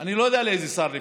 אני לא יודע לאיזה שר לפנות,